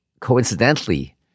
coincidentally